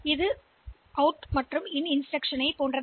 எனவே அவை அவுட் மற்றும் இன் இன்ஸ்டிரக்ஷன்ல் ஒத்தவை